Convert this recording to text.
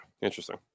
interesting